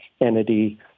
entity